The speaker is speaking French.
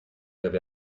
avez